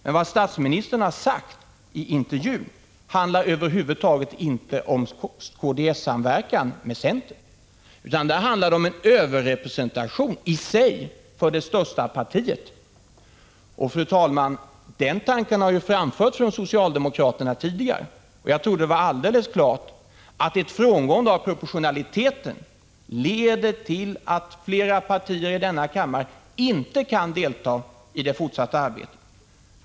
Men vad statsministern har sagt i intervjun handlar över huvud taget inte om samverkan mellan centern och kds, utan där handlar det om en överrepresentation i sig för det största partiet. Den tanken har ju framförts av socialdemokraterna tidigare, och jag hoppas att det är helt klart att ett frångående av proportionaliteten leder till att flera partier i denna kammare inte kan delta i det fortsatta arbetet.